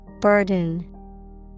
Burden